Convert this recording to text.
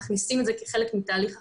מכניסים את זה כחלק מתהליך החשיבה.